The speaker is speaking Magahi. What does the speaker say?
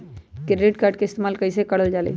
क्रेडिट कार्ड के इस्तेमाल कईसे करल जा लई?